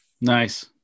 Nice